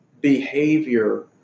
behavior